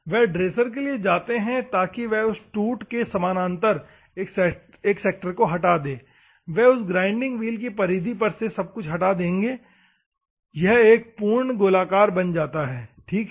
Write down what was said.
वे dresser के लिए जाते हैं ताकि वे उस टूट के समानांतर एक सेक्टर को हटा दें वे उस ग्राइंडिंग व्हील की परिधि पर से सब कुछ हटा देंगे और यह एक पूर्ण गोलाकार बन जाता है ठीक है